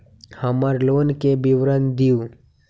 हमर लोन के विवरण दिउ